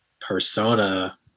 persona